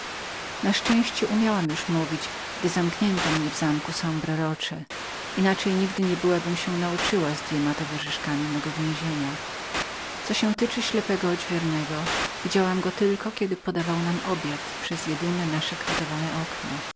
na szczęście umiałam już mówić gdy zamknięto mnie w zamku de sombr rochesombre roche inaczej nigdy niebyłabym się nauczyła z dwoma towarzyszkami mego więzienia co się tyczy naszego odźwiernego widziałam go tylko kiedy podawał nam obiad przez jedyne nasze kratowane okno